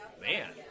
Man